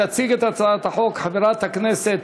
תציג את הצעת החוק חברת הכנסת